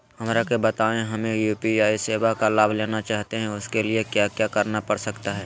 हमरा के बताइए हमें यू.पी.आई सेवा का लाभ लेना चाहते हैं उसके लिए क्या क्या करना पड़ सकता है?